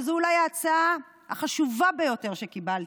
וזו אולי ההצעה החשובה ביותר שקיבלתי: